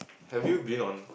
have you been on